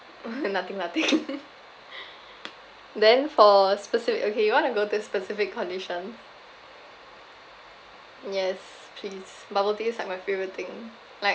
uh nothing nothing then for specific okay you want to go to specific condition yes please bubble tea is like my favourite thing like